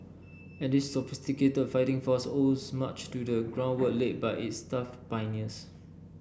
and this sophisticated fighting force owes much to the groundwork laid by its tough pioneers